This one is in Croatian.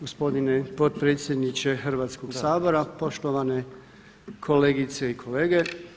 Gospodine potpredsjedniče Hrvatskog sabora, poštovane kolegice i kolege.